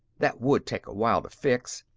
that would take a while to fix.